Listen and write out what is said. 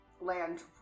land